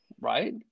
Right